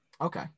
Okay